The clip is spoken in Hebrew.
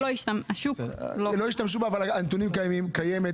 הנתונים קיימים.